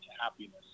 happiness